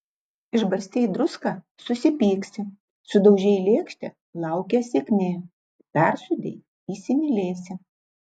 išbarstei druską susipyksi sudaužei lėkštę laukia sėkmė persūdei įsimylėsi